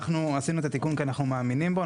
אנחנו עשינו את התיקון כי אנחנו מאמינים בו.